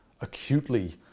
acutely